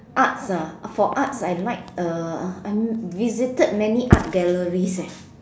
arts ah for arts I like uh I visited many art galleries eh